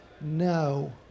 No